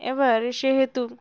এবার সেহেতু